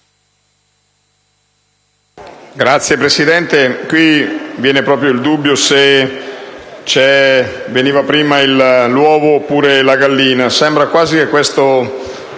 Signor Presidente, qui sorge proprio il dubbio se venga prima l'uovo o la gallina. Sembra quasi che questa